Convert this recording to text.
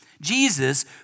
Jesus